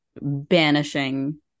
banishing